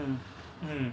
mm